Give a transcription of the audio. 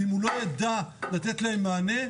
ואם הוא לא יידע לתת להם מענה,